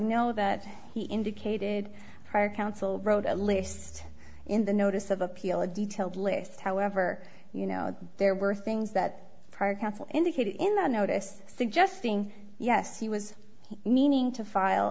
know that he indicated prior counsel wrote at least in the notice of appeal a detailed list however you know there were things that prior counsel indicated in the notice suggesting yes he was meaning to file